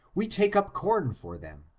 we take up corn for them,